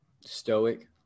Stoic